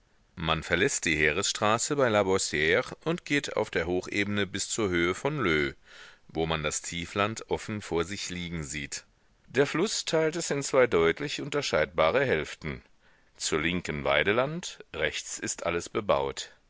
man verläßt die heeresstraße bei la boissire und geht auf der hochebene bis zur höhe von leux wo man das tiefland offen vor sich liegen sieht der fluß teilt es in zwei deutlich unterscheidbare hälften zur linken weideland rechts ist alles bebaut